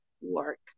work